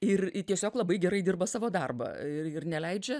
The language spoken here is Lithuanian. ir tiesiog labai gerai dirba savo darbą ir neleidžia